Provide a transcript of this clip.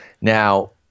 Now-